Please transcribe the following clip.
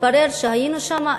מתברר שהיינו שם.